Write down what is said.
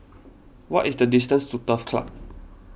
what is the distance to Turf Club